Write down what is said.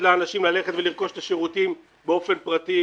לאנשים ללכת ולרכוש את השירותים באופן פרטי,